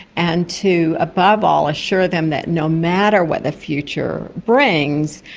and to, above all, assure them that no matter what the future brings,